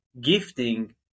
gifting